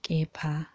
Kepa